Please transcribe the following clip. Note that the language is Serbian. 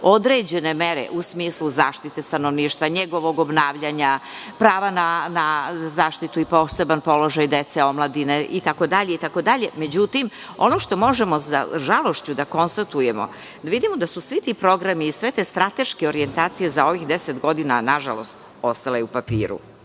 određene mere u smislu zaštite stanovništva, njegovog obnavljanja, prava na zaštitu i poseban položaj dece, omladine itd. Međutim, ono što možemo sa žalošću da konstatujemo je da vidimo da su svi ti programi i sve te strateške orijentacije za ovih deset godina ostale na papiru. Ono